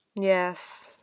Yes